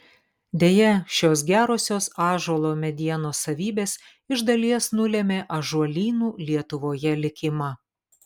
deja šios gerosios ąžuolo medienos savybės iš dalies nulėmė ąžuolynų lietuvoje likimą